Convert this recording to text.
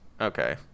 okay